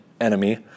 enemy